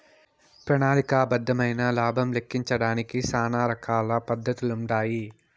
ప్రణాళిక బద్దమైన లాబం లెక్కించడానికి శానా రకాల పద్దతులుండాయి